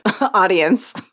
audience